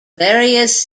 various